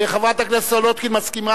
וחברת הכנסת סולודקין מסכימה,